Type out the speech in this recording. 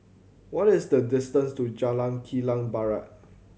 what is the distance to Jalan Kilang Barat